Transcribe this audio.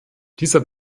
dieser